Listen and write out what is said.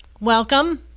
welcome